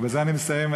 ובזה אני מסיים,